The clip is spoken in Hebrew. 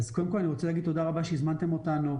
אני רוצה לומר תודה רבה על שהזמנתם אותנו.